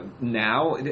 Now